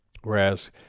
Whereas